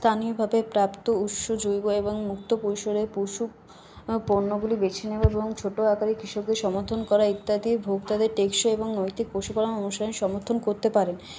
স্থানীয়ভাবে প্রাপ্ত উৎস জৈব এবং মুক্ত পরিসরের পশু পণ্যগুলি বেছে নেওয়া এবং ছোট আকারের কৃষকদের সমর্থন করা ইত্যাদি ভোক্তাদের টেকসই এবং নৈতিক পশুপালন অনুশীলন সমর্থন করতে পারেন